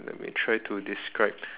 let me try to describe